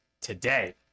today